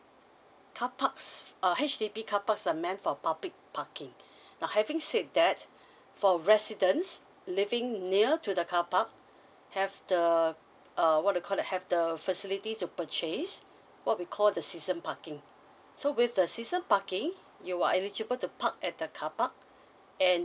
carparks uh H_D_B carparks are meant for public parking but having said that for residents living near to the carpark have the uh what you call that have the facility to purchase what we call the season parking so with the season parking you are eligible to park at the carpark and